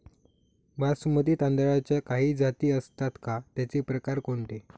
बासमती तांदळाच्या काही जाती असतात का, त्याचे प्रकार कोणते?